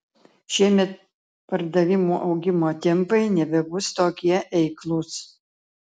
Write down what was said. šiemet pardavimų augimo tempai nebebus tokie eiklūs